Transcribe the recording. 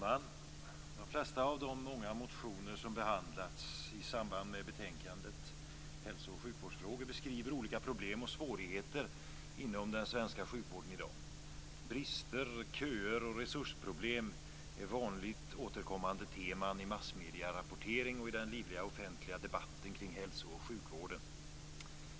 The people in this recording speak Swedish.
Fru talman! De flesta av de många motioner som behandlas i samband med betänkandet SoU10 Hälsooch sjukvårdsfrågor beskriver olika problem och svårigheter inom den svenska sjukvården i dag. Brister, köer och resursproblem är också vanligt återkommande teman i massmedierapporteringen och i den livliga offentliga debatten kring hälso och sjukvården.